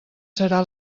serà